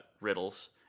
riddles